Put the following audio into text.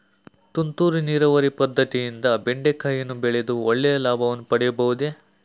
ತುಂತುರು ನೀರಾವರಿ ಪದ್ದತಿಯಿಂದ ಬೆಂಡೆಕಾಯಿಯನ್ನು ಬೆಳೆದು ಒಳ್ಳೆಯ ಲಾಭವನ್ನು ಪಡೆಯಬಹುದೇ?